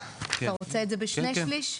אתה רוצה את זה בשני שליש?